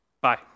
Bye